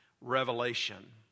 revelation